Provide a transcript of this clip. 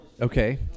Okay